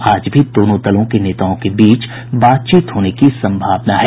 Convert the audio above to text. आज भी दोनों नेताओं के बीच बातचीत होने की सम्भावना है